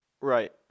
Right